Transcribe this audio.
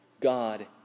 God